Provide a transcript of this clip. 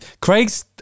Craig's